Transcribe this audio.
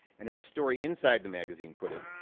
and as the story inside the magazine put it,